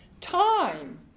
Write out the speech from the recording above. time